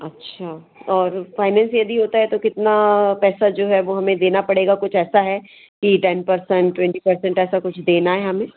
अच्छा और फ़ाइनेंस यदि होता है तो कितना पैसा जो है वो हमें देना पड़ेगा कुछ ऐसा है कि टेन पर्संट ट्वेन्टी पर्सेंट ऐसा कुछ देना है हमें